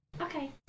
Okay